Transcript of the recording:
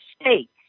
States